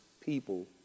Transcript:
people